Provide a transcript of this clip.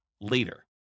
later